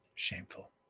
Shameful